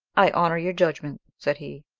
i honour your judgment, said he.